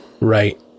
Right